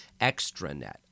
extranet